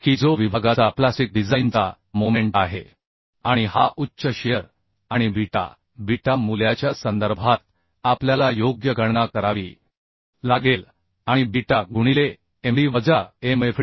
की जो विभागाचा प्लास्टिक डिझाइनचा मोमेंट आहे आणि हा उच्च शिअर आणि बीटा बीटा मूल्याच्या संदर्भात आपल्याला योग्य गणना करावी लागेल आणि बीटा गुणिले md वजा mfd